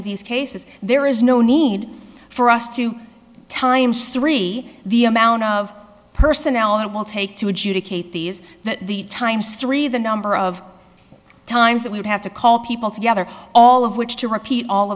of these cases there is no need for us two times three the amount of personnel and it will take to adjudicate these the times three the number of times that we would have to call people together all of which to repeat all